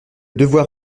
devoir